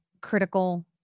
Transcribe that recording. critical